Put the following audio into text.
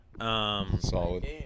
Solid